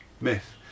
myth